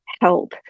help